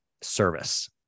Service